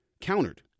countered